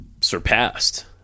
surpassed